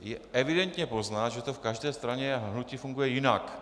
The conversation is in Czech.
Je evidentně poznat, že to v každé straně a hnutí funguje jinak.